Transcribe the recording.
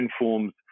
informs